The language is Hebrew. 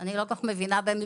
אני לא כל כך מבינה במשפטים.